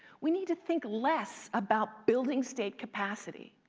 we need to think less about building state capacity.